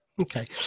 Okay